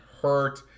Hurt